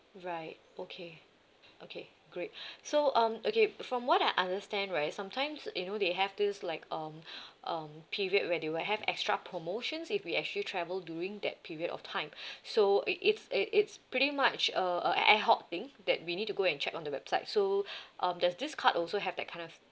right okay okay great so um okay from what I understand right sometimes you know they have this like um um period where they will have extra promotions if we actually travel during that period of time so it it's it it's pretty much a a ad hoc thing that we need to go and check on the website so um does this card also have that kind of